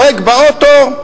הנוהג באוטו,